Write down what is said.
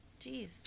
Jeez